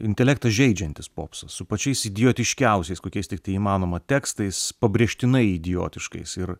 intelektą žeidžiantis popsas su pačiais idiotiškiausiais kokiais tiktai įmanoma tekstais pabrėžtinai idiotiškais ir